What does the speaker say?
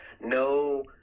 No